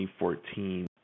2014